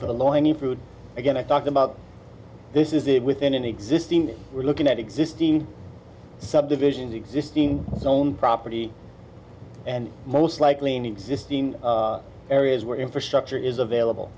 for the law and the food again i talked about this is it within an existing we're looking at existing subdivisions existing known property and most likely an existing areas where infrastructure is available